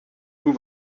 vous